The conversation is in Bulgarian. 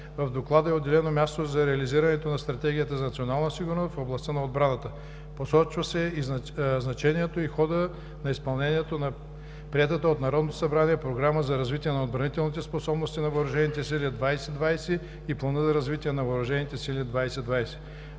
В Доклада е отделено място на реализирането на Стратегията за национална сигурност в областта на отбраната. Посочва се значението и хода на изпълнението на приетата от Народното събрание „Програма за развитие на отбранителните способности на въоръжените сили 2020 (Програма 2020)” и „Плана за развитие на въоръжените сили 2020